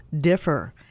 differ